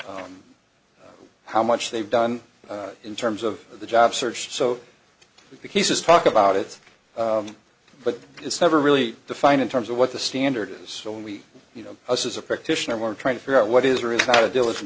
on how much they've done in terms of the job search so the cases talk about it but it's never really defined in terms of what the standard is so when we you know us is a fictitious and we're trying to figure out what is